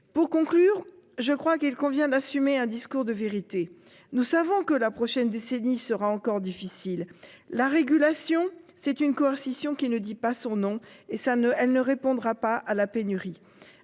Pour conclure, je crois qu'il convient d'assumer un discours de vérité. Nous savons que la prochaine décennie sera encore difficile. La régulation, c'est une coercition qui ne dit pas son nom et ça ne elle ne répondra pas à la pénurie.